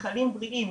נחלים בריאים,